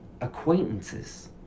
acquaintances